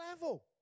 level